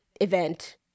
event